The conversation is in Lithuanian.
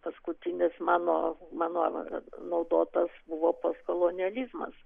paskutinis mano mano naudotas buvo postkolonializmas